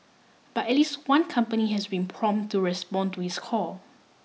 but at least one company has been prompt to respond to his call